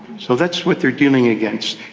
so that's what they are dealing against.